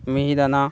মিহিদানা